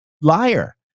liar